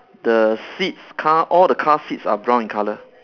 the seats car all the car seats are brown in color